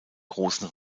großen